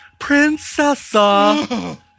Princessa